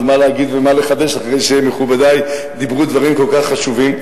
אז מה להגיד ומה לחדש אחרי שמכובדי דיברו דברים כל כך חשובים,